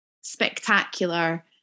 spectacular